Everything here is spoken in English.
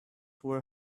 were